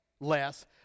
less